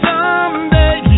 Someday